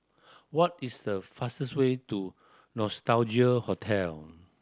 what is the fastest way to Nostalgia Hotel